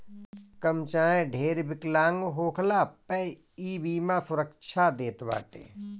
कम चाहे ढेर विकलांग होखला पअ इ बीमा सुरक्षा देत बाटे